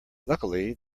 luckily